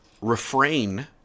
refrain